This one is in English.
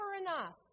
enough